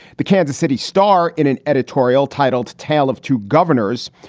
the kansas city star, in an editorial titled tale of two governors,